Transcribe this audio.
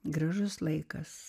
gražus laikas